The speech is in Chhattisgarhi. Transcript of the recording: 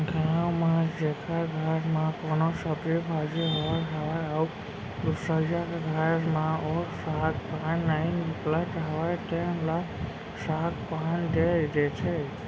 गाँव म जेखर घर म कोनो सब्जी भाजी होवत हावय अउ दुसरइया के घर म ओ साग पान नइ निकलत हावय तेन ल साग पान दे देथे